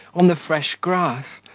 on the fresh grass,